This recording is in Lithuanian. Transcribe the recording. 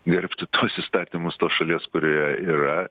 gerbti tuos įstatymus tos šalies kurioje yra